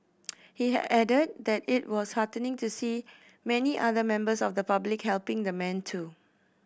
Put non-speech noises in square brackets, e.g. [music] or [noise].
[noise] he added that it was heartening to see many other members of the public helping the man too